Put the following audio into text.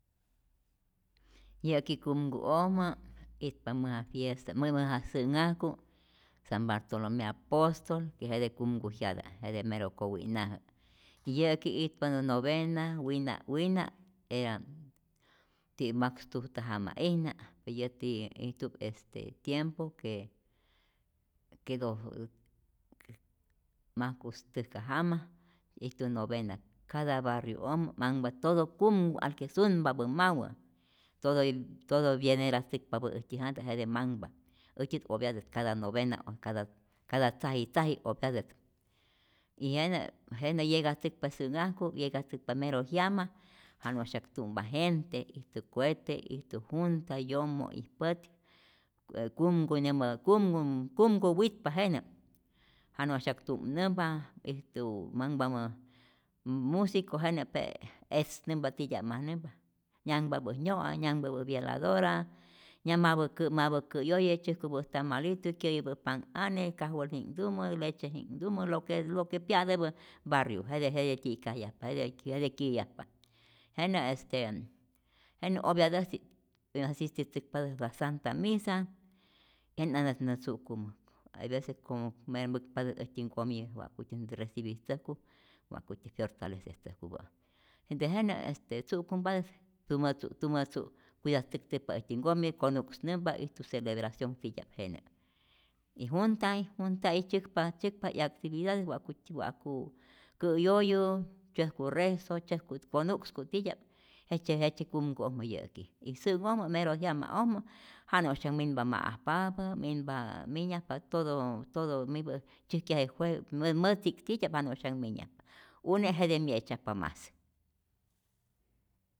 Yä'ki kumku'ojmä itpa mäja fiesta, mä mäja sä'nhajku san bartolome aposto, ke jete kumku jyata, jete mero kowi'najä, yäki itpana novena wina' wina' era ti' makstujta jama'ijna y yäti ijtu'p este tiempo ke ke do majkustäjka jama ijtu novena, cada barriu'ojmä manhpa toto kumku anhke sunpapä mawä, todo vieneratzäkpapä'i äjtyä janta jete manhpa, äjtyät opyatä cada novena, cada tzaji tzaji opyatät y jenä jenä yegatzäkpa syä'nhajku, yegatzäkpa mero jyama janu'syak tu'mpa gente ijtu cohete, ijtu junta yomo y pät, je kumkunyämä kumku kumku witpa jenä, janu'sya'k tu'mnämpa, ijtu manhpamä musico jenä pe etznämpa titya'majnämpa. nyanhpapä'i nyo'a, nyanhpapä'i vieladora, na mapä mapä kä'yoye, tzyäjkupä'i taamalitu, kyäyupä'i panhane kajwelji'nhtumä, lecheji'nhtumä, lo que lo que pya'täpä barriu jete jete tyi'kajyajpa, jete kyäyajpa, jen¨este jenä opyatäjzi, asistitzäkpatät la santa misa jenä nantät tzu'kumu, hay vece como mpäkpatä äjtyä nkomi wa'kutyät recibitzäjku wa'kutyä fyortalecetzäjkupä', dejenä este tzu'kumpatät, tumä tzu tumä tzu' cuidatzäktäjpa äjtyä nkomi, konu'ksnämpa ijtu celebración titya'p jenä y junta junta'i tzyäkpa tzyäkpa yaktividades wa'ku wa'ku kä'yoyu, tzyäjku rezo, tzyäjku konu'ksku titya'p jejtzye jejtzye kumku'ojmä yä'ki, y sä'nh'ojmä mero jyama'ojmä janu'syak minpa ma'ajpapä, minpa minyajpa todo mipä' tzyäjkyaje juego mätzi'k titya'p janu'syanh minyajpa, une' jete myetzyajpa mas.